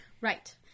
Right